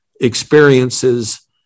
Experiences